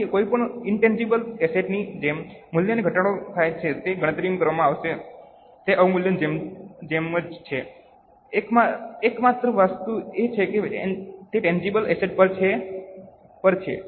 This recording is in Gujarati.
તેથી કોઈપણ ઇનટેનજીબલ એસેટ ની જેમ મૂલ્યમાં ઘટાડો થાય છે જેની ગણતરી કરવામાં આવશે તે અવમૂલ્યનની જેમ જ છે એકમાત્ર વસ્તુ એ છે કે તે ઇનટેનજીબલ એસેટ પર છે